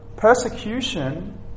Persecution